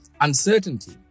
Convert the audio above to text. uncertainty